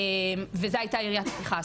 וזו היתה יריית הפתיחה,